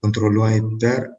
kontroliuoji per